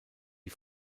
die